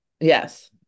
Yes